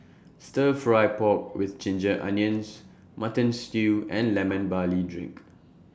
Stir Fry Pork with Ginger Onions Mutton Stew and Lemon Barley Drink